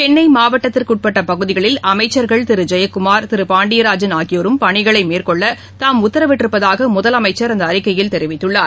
சென்னைமாவட்டத்திற்குஉட்பட்டபகுதிகளில் அமைச்சர்கள் திருஜெயக்குமார் திருபாண்டியராஜன் ஆகியோரும் பணிகளைமேற்கொள்ளதாம் உத்தரவிட்டிருப்பதாகவும் முதலமைச்சர் அந்தஅறிக்கையில் தெரிவித்துள்ளார்